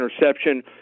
interception